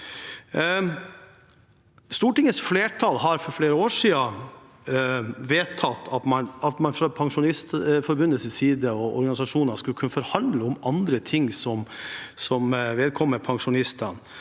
Stortingets flertall vedtok for flere år siden at man fra Pensjonistforbundets og organisasjonenes side skulle kunne forhandle om andre ting som vedkommer pensjonistene,